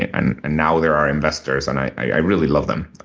and ah now they are our investors. and i really love them,